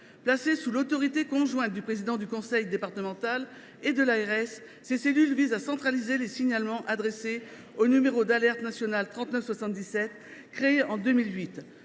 Placées sous l’autorité conjointe du président du conseil départemental et de l’ARS, ces cellules visent à centraliser les signalements adressés au numéro d’alerte national 3977, créé en 2008.